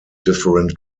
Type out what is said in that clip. different